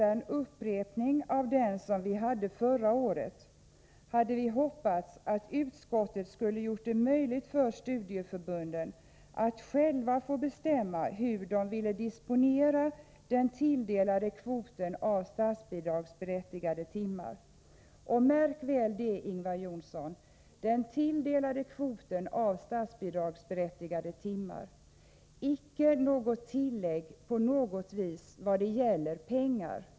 är en upprepning av den vi väckte förra året, hade vi hoppats förmå utskottet att göra det möjligt för studieförbunden att själva bestämma hur de vill disponera den tilldelade kvoten av statsbidragsberättigade timmar. Märk väl, Ingvar Johnsson, att jag säger ”den tilldelade kvoten av statsbidragsberättigade timmar” — jag talar icke om något som helst tillägg när det gäller pengar.